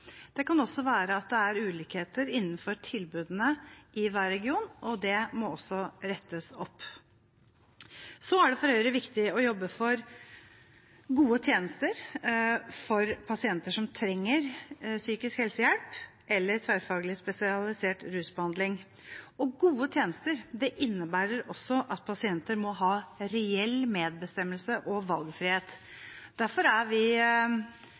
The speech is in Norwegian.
Det kan også være at det er ulikheter innenfor tilbudene i hver region, og det må også rettes opp. Så er det for Høyre viktig å jobbe for gode tjenester for pasienter som trenger psykisk helsehjelp eller tverrfaglig spesialisert rusbehandling. Gode tjenester innebærer også at pasienter må ha reell medbestemmelse og valgfrihet. Derfor er vi